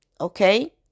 okay